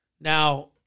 Now